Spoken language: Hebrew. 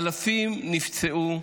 אלפים נפצעו,